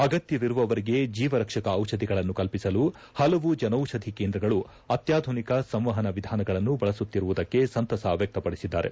ಅಗತ್ಯವಿರುವವರಿಗೆ ಜೀವರಕ್ಷಕ ಡಿಪಧಿಗಳನ್ನು ಕಲ್ಪಿಸಲು ಹಲವು ಜನೌಷಧಿ ಕೇಂದ್ರಗಳು ಅತ್ಯಾಧುನಿಕ ಸಂವಹನ ವಿಧಾನಗಳನ್ನು ಬಳಸುತ್ತಿರುವುದಕ್ಕೆ ಸಂತಸ ವ್ಯಕ್ತಪಡಿಸಿದ್ದಾರೆ